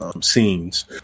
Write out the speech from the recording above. scenes